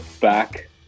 back